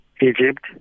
Egypt